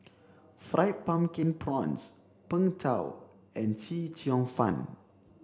fried pumpkin prawns Png Tao and Chee Cheong fun